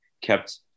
kept